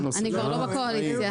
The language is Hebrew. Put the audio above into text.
אני כבר לא בקואליציה.